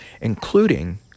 including